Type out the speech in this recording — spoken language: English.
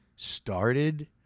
started